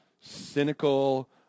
cynical